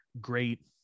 great